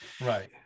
right